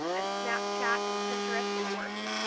and snapchat, and pinterest, of course.